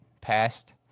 passed